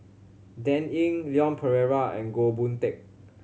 Dan Ying Leon Perera and Goh Boon Teck